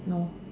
no